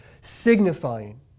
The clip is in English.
signifying